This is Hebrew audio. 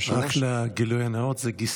רק לגילוי הנאות, זה גיסי.